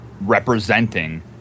representing